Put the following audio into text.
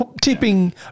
tipping